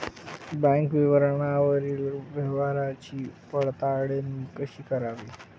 Bank विवरणावरील व्यवहाराची पडताळणी कशी करावी?